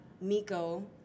Miko